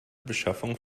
beschaffung